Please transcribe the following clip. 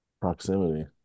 Proximity